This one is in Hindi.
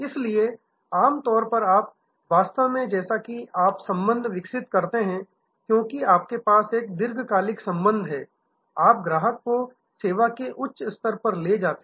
इसलिए आम तौर पर आप वास्तव में जैसा कि आप संबंध विकसित करते हैं क्योंकि आपके पास एक दीर्घकालिक संबंध है आप ग्राहक को सेवा के उच्च स्तर पर ले जाते हैं